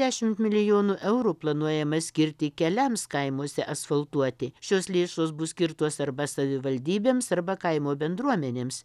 dešimt milijonų eurų planuojama skirti keliams kaimuose asfaltuoti šios lėšos bus skirtos arba savivaldybėms arba kaimo bendruomenėms